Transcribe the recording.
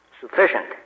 Sufficient